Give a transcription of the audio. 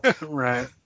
right